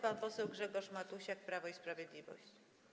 Pan poseł Grzegorz Matusiak, Prawo i Sprawiedliwość.